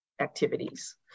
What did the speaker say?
Activities